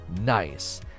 nice